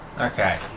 Okay